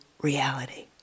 reality